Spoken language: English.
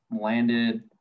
landed